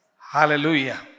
Hallelujah